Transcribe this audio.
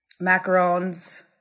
Macarons